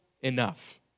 enough